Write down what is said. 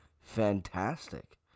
fantastic